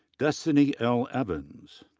destiny l. evans.